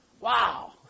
Wow